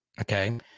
Okay